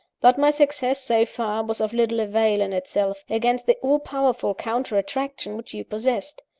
but my success, so far, was of little avail, in itself against the all-powerful counter-attraction which you possessed.